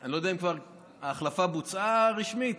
אני לא יודע, ההחלפה בוצעה רשמית?